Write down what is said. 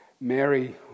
Mary